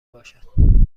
باشد